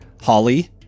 Holly